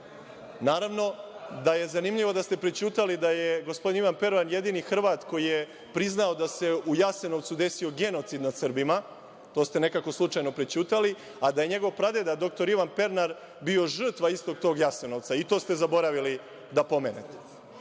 da je zanimljivo da ste prećutali da je gospodin Ivan Pernar jedini Hrvat koji je priznao da se u Jasenovcu desio genocid nad Srbima, to ste nekako slučajno prećutali, a da je njegov pradeda, dr Ivan Pernar bio žrtva istog tog Jasenovca, i to ste zaboravili da pomenete. Ono